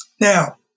Now